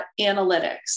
analytics